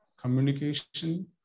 communication